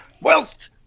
whilst